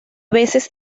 veces